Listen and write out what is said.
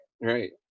Right